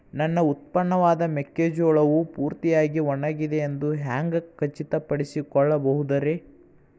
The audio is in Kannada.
ನನ್ನ ಉತ್ಪನ್ನವಾದ ಮೆಕ್ಕೆಜೋಳವು ಪೂರ್ತಿಯಾಗಿ ಒಣಗಿದೆ ಎಂದು ಹ್ಯಾಂಗ ಖಚಿತ ಪಡಿಸಿಕೊಳ್ಳಬಹುದರೇ?